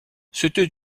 c’était